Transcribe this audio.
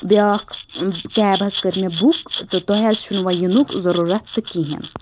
بیاکھ کیب حظ کٔر مےٚ بُک تہٕ تۄہہِ حظ چھُنہٕ وۄنۍ یِنُک ضروٗرَت تہٕ کہیٖنۍ